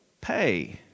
pay